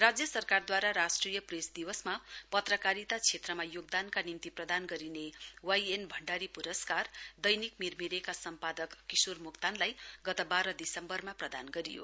राज्य सरकारदवारा राष्ट्रिय प्रेस दिवसमा पत्रकारिता क्षेत्रमा योगदानका निम्ति प्रदान गरिने वाई एन भण्डारी प्रस्कार दैनिक मिरमिरेका सम्पादक किशोर मुक्तानलाई गत बाह्र दिसम्बर प्रदान गरियो